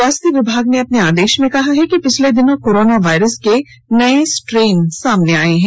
स्वास्थ्य विभाग ने अपने आदेश में कहा है कि पिछले दिनों कोरोना वायरस के नए स्ट्रेन सामने आए हैं